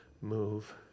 move